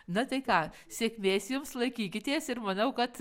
na tai ką sėkmės jums laikykitės ir manau kad